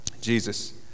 Jesus